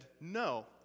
no